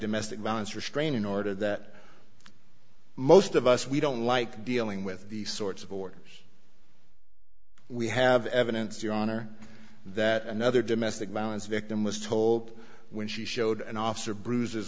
domestic violence restraining order that most of us we don't like dealing with these sorts of orders we have evidence your honor that another domestic violence victim was told when she showed an officer bruises